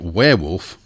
Werewolf